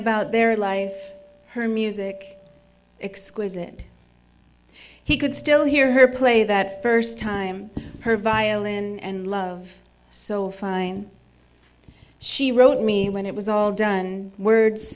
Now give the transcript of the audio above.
about their life her music exquisite he could still hear her play that first time her violin and love so fine she wrote me when it was all done and words